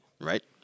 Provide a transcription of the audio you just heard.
right